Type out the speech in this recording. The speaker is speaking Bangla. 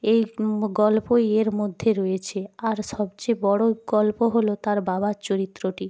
এই গল্পই এর মধ্যে রয়েছে আর সবচেয়ে বড় গল্প হলো তার বাবার চরিত্রটি